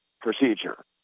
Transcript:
procedure